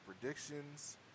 predictions